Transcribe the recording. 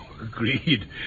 Agreed